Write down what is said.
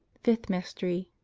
fifth mystery.